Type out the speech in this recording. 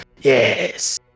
yes